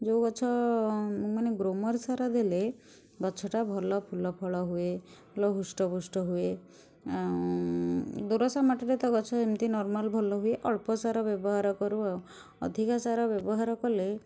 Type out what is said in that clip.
ଯେଉଁ ଗଛ ମାନେ ଗ୍ରୋମର୍ ସାର ଦେଲେ ଗଛଟା ଭଲ ଫୁଲ ଫଳ ହୁଏ ଭଲ ହୁଷ୍ଟପୁଷ୍ଟ ହୁଏ ଦୋରସା ମାଟିରେ ତ ଗଛ ଏମତି ନର୍ମାଲ୍ ଭଲ ହୁଏ ଅଳ୍ପ ସାର ବ୍ୟବହାର କରୁ ଆଉ ଅଧିକା ସାର ବ୍ୟବହାର କଲେ